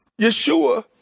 Yeshua